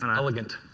and elegant.